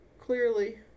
Clearly